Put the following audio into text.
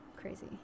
Crazy